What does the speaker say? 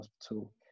Hospital